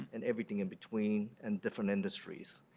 and everything in between. and different industries.